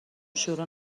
شروع